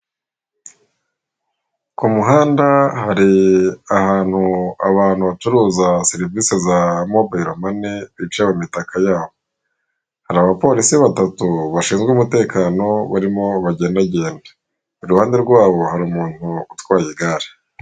Ku muhanda hari ahantu abantu bacuruza serivise za mobile mane bicara mu mitaka yabo, hari abapolisi batatu bashinzwe umutekano barimo bagendagenda, iruhande rwabo hari umuntu utwaye igare.